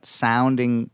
sounding